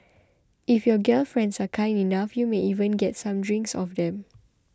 if your gal friends are kind enough you may even get some drinks off them